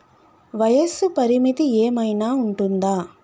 వయస్సు పరిమితి ఏమైనా ఉంటుందా?